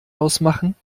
ausmachen